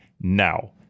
now